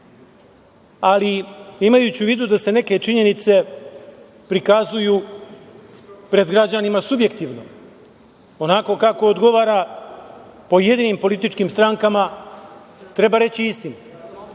Ali, imajući u vidu da se neke činjenice prikazuju pred građanima subjektivno, onako kako odgovara pojedinim političkim strankama, treba reći istinu,